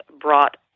brought